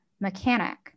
mechanic